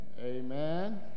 amen